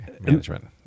management